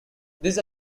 these